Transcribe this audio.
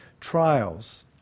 trials